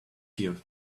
here